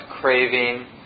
craving